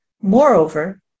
Moreover